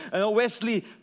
Wesley